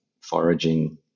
foraging